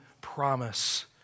promise